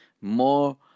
more